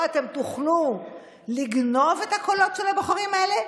אתם תוכלו לגנוב את הקולות של הבוחרים האלה,